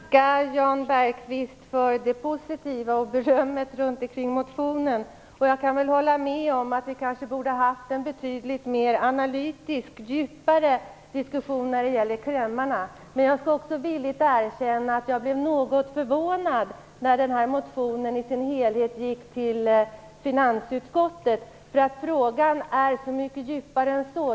Fru talman! Jag vill tacka Jan Bergqvist för det positiva och berömmande kring motionen. Jag kan hålla med om att vi kanske borde ha haft en betydligt mer analytisk och djupare diskussion när det gäller yrkandena. Men jag skall också villigt erkänna att jag blev något förvånad när motionen i sin helhet gick till finansutskottet, därför att frågan är så mycket bredare än så.